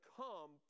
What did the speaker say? come